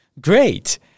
Great